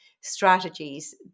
strategies